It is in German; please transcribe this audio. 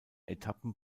etappen